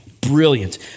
Brilliant